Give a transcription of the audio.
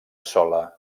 sola